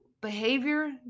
behavior